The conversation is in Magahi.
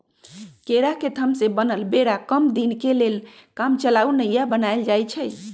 केरा के थम से बनल बेरा कम दीनके लेल कामचलाउ नइया बनाएल जाइछइ